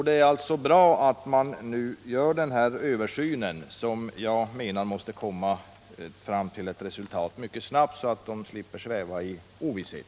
Det är därför bra att man nu gör den här översynen, som jag anser måste ge ett resultat mycket snabbt, så att dessa ungdomar slipper sväva i ovisshet.